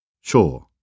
Sure